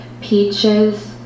Peaches